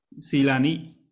Silani